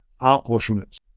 accomplishments